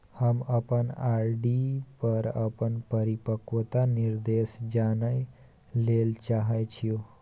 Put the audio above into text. हम अपन आर.डी पर अपन परिपक्वता निर्देश जानय ले चाहय छियै